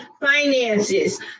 finances